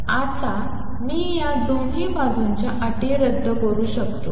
आता मी या दोन्ही बाजूंच्या अटी रद्द करू शकतो